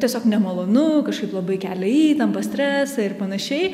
tiesiog nemalonu kažkaip labai kelia įtampą stresą ir panašiai